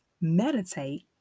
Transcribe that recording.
meditate